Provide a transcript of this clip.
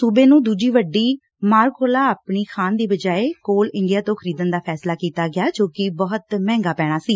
ਸੁਬੇ ਨੂੰ ਦੁਜੀਂ ਵੱਡੀ ਮਾਰ ਕੋਲਾ ਆਪਣੀ ਖਾਣ ਦੀ ਬਜਾਏ ਕੋਲ ਇੰਡੀਆ ਤੋਂ ਖਰੀਦਣ ਦਾ ਫੈਸਲਾ ਕੀਤਾ ਗਿਆ ਜੋ ਕਿ ਬਹੁਤ ਮਹਿੰਗਾ ਪੈਣਾ ਸੀ